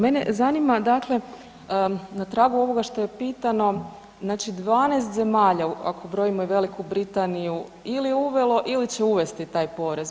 Mene zanima dakle na tragu ovoga što je pitano, znači 12 zemalja ako brojimo i Veliku Britaniju ili je uvelo ili će uvesti taj porez.